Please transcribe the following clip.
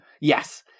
yes